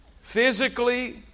Physically